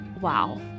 wow